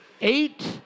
Eight